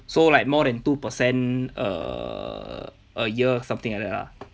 so like more than two percent err a year something like that lah